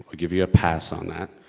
ah give you a pass on that.